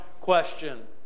question